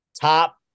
top